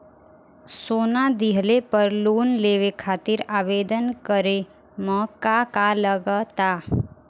सोना दिहले पर लोन लेवे खातिर आवेदन करे म का का लगा तऽ?